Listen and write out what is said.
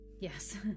yes